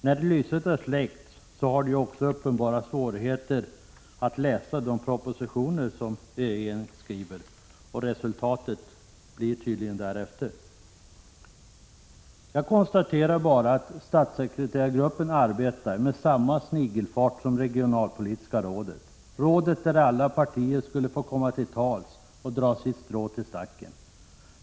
När lyset är släckt, så har de ju också uppenbara svårigheter att läsa regeringens propositioner, och resultatet blir tydligen därefter. Jag konstaterar bara att statssekreterargruppen arbetar med samma snigelfart som regionalpolitiska rådet, rådet där alla partier skulle få komma till tals och dra sitt strå till stacken.